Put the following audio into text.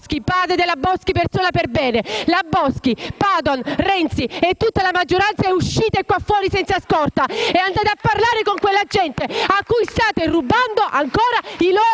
padre della Boschi e persona perbene, la Boschi stessa, Padoan, Renzi e tutta la maggioranza fuori dai palazzi senza scorta, per andare a parlare con quella gente a cui state rubando ancora i soldi.